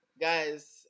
Guys